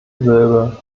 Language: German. silbe